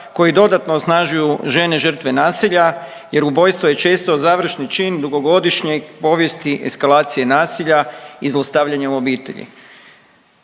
koji dodatno osnažuju žene žrtve nasilja, jer ubojstvo je često završni čin dugogodišnje povijesti eskalacije nasilja i zlostavljanja u obitelji.